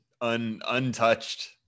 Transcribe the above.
untouched